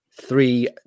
Three